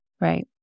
Right